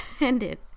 ended